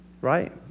Right